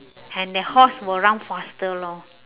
and that horse will run faster lor